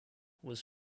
was